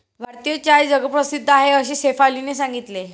भारतीय चहा जगप्रसिद्ध आहे असे शेफालीने सांगितले